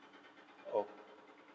o~